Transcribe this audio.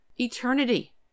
eternity